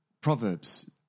Proverbs